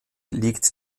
liegt